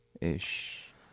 ish